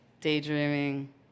daydreaming